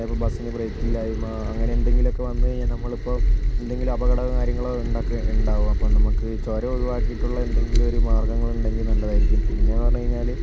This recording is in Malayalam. ഇപ്പോൾ ബസ്സിന് ബ്രേയ്ക്കില്ലായ്മ അങ്ങനെയെന്തെങ്കിലൊക്കെ വന്നുകഴിഞ്ഞാൽ നമ്മളിപ്പോൾ എന്തെങ്കിലും അപകടമോ കാര്യങ്ങളോ ഇണ്ടാക്കാ ഉണ്ടാകും അപ്പോൾ നമുക്ക് ചുരം ഒഴിവാക്കിയിട്ടുള്ള എന്തെങ്കിലും ഒരു മാർഗ്ഗങ്ങൾ ഉണ്ടെങ്കിൽ നല്ലതായിരിക്കും പിന്നേന്ന് പറഞ്ഞുകഴിഞ്ഞാൽ